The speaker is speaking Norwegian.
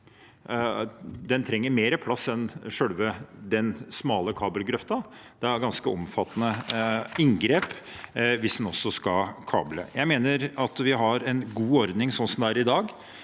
trenger mer plass enn selve den smale kabelgrøften. Det er ganske omfattende inngrep hvis en skal kable. Jeg mener at vi har en god ordning sånn som det er i dag,